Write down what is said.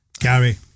Gary